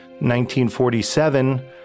1947